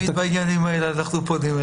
--- איכשהו תמיד בעניינים האלה אנחנו פונים אליכם.